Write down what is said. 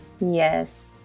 Yes